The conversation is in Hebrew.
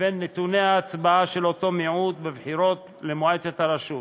לבין נתוני ההצבעה של אותו מיעוט בבחירות למועצת הרשות.